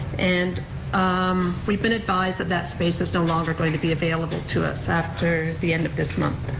and um we've been advised that that space is no longer going to be available to us after the end of this month,